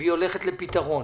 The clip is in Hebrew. והיא הולכת לפתרון,